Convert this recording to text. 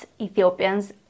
Ethiopians